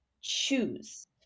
choose